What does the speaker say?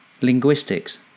linguistics